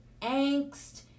angst